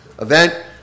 event